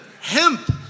hemp